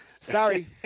Sorry